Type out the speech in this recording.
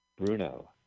Bruno